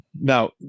Now